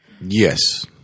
Yes